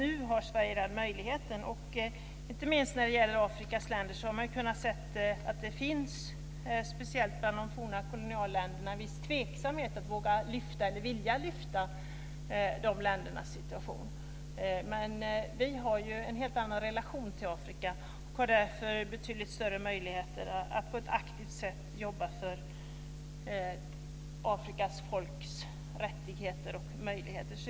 Man har sett att det har funnits viss tveksamhet, inte minst när det gäller Afrikas länder och speciellt bland de forna kolonialländerna, att vilja lyfta fram de ländernas situation. Vi har en helt annan relation till Afrika och har därför betydligt större möjligheter att på ett aktivt sätt jobba för Afrikas folks rättigheter och möjligheter.